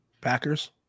Packers